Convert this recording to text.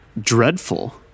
dreadful